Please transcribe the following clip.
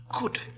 good